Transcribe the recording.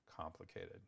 complicated